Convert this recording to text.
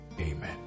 Amen